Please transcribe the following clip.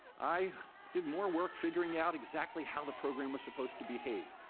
i did more work figuring out exactly how the program was supposed to behave.